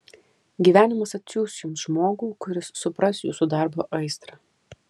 gyvenimas atsiųs jums žmogų kuris supras jūsų darbo aistrą